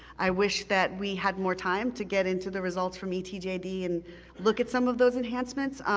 i wish that we had more time to get into the results from etjd and look at some of those enhancements.